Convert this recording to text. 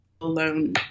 alone